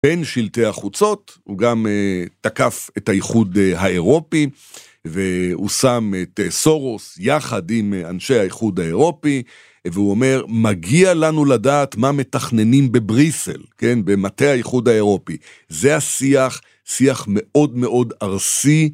בין שלטי החוצות הוא גם תקף את האיחוד האירופי והוא שם את 'סורוס' יחד עם אנשי האיחוד האירופי. והוא אומר מגיע לנו לדעת מה מתכננים בבריסל כן במטה האיחוד האירופי זה השיח, שיח מאוד מאוד ארסי.